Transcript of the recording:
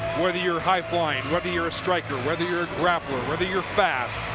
whether you're high flying whether your a striker, whether your a grappler whether your fast,